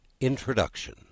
Introduction